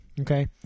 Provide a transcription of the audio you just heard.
Okay